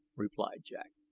replied jack.